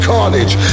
Carnage